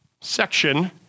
section